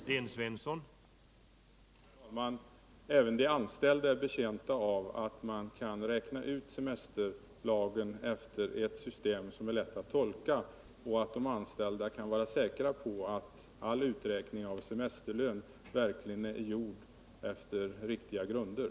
Herr talman! Även de anställda är betjänta av att man har ett system som är lätt att tolka när man skall räkna ut semestern, så att de kan vara säkra på att uträkningen av semesterlön verkligen är riktigt gjord.